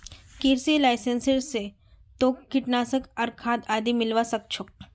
कृषि लाइसेंस स तोक कीटनाशक आर खाद आदि मिलवा सख छोक